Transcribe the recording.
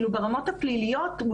ברמות הפליליות,